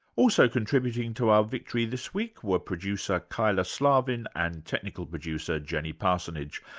also contributing to our victory this week were producer kyla slaven and technical producer jenny parsonage.